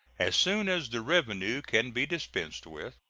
as soon as the revenue can be dispensed with,